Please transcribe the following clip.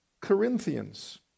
Corinthians